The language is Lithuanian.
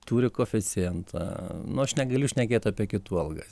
turi koeficientą nu aš negaliu šnekėt apie kitų algas